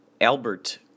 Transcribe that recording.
Albert